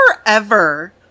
forever